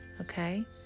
Okay